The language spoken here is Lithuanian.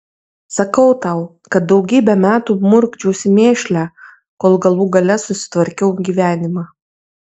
sakau tau kad daugybę metų murkdžiausi mėšle kol galų gale susitvarkiau gyvenimą